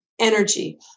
energy